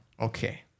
Okay